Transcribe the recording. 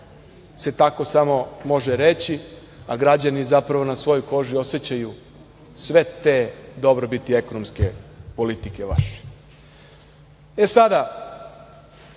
se tako samo može reći, a građani zapravo na svojoj koži osećaju sve te dobrobiti ekonomske politike vaše. Vrlo